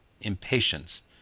impatience